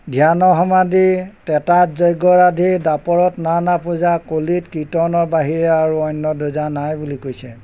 ধ্যান সমাধি টেটাত যজ্ঞৰাধি দাপৰত নানা পূজা কলিত কীৰ্তনৰ বাহিৰে আৰু অন্য দুজা নাই বুলি কৈছে